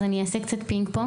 אני אעשה פינג-פונג,